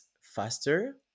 faster